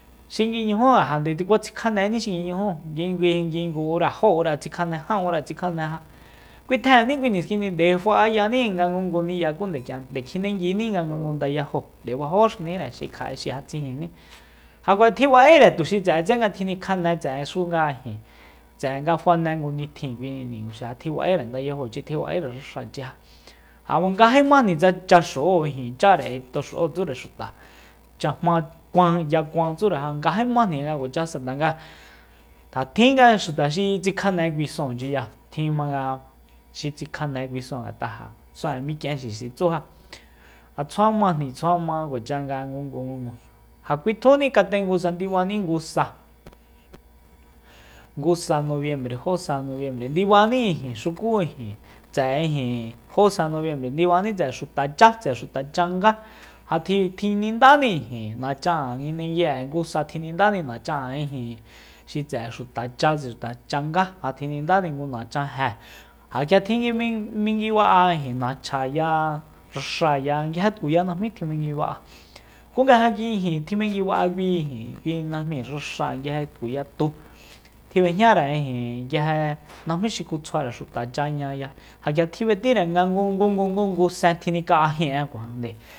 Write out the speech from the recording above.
Xi nguiñuju ja nde kua tsikjaneni xi ngui ñujúu nguingui ngu ura jó ura tsikjane jan ura tsikjane ja kuitjejenni kui niskindi nde fa'ayani nga ngungu ni'ya nde kjinenguini nga ngungu ndayajo nde bajóxunire xi kja'e xi ja tsijinní ja kua tjiba'ére tse'etse nga tjinikjane tse'exunga ijin tse'e nga fane ngu nitjin kui niguxi ja tjiba'ére ndayajochi tjiba'ere raxachija ja ngajímajni tsa cha xo'ó ijin chare k'ui toxo'ó tsure xuta cha jma yakuan tsure ja ngajímajni nga kuacha tanga ja tjinga xuta xi tsikjane kui sonchiya tjin jmanga xi tsikjane kui son ngat'a mik'ienxixi tsuja ja tsjua majni ja tsjuama nga kuacha ngungu ja kuitjuni katengusa ja ndibani ngu sa ngu sa nobiembre jósa nobiembre ndibani xuku tse'e ijin jo sa nobiembre ndibani tse'e xuta chá tse'e xuta changá ja tji- tjinindani nachan'e nguindegui'e ngusa tjinindani nachan'e ijin xi tse'e xuta cha xuta changá ja tjinindani ngu nachanjé tjiminguiba'a nachjaya raxáaya nguije tkuya najmí tjijmenguiba'a ku nga ja ki ijin tjimenguiba'a kui ijin kui najmi raxáa nguije tkuya tú tjib'ejñare ijin nguije najmí xi kutsjuare xuta cháñaya ja k'ia tjib'etíre ngungungungu sen tjinika'a jin'e kuajande